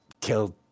killed